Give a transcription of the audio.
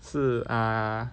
是啊